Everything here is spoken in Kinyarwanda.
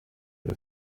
izi